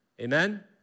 Amen